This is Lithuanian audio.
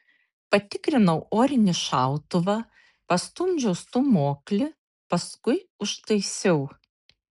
patikrinau orinį šautuvą pastumdžiau stūmoklį paskui užtaisiau